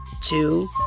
two